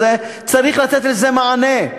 צריך לתת לזה מענה,